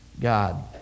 God